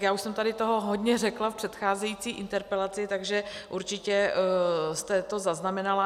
Už jsem toho tady hodně řekla v předcházející interpelaci, takže určitě jste to zaznamenala.